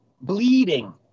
bleeding